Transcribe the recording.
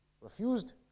refused